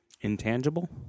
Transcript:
Intangible